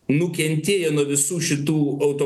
nukentėjo nuo visų šitų auto